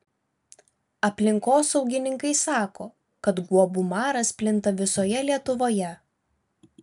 aplinkosaugininkai sako kad guobų maras plinta visoje lietuvoje